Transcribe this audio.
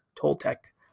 toltec